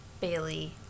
Bailey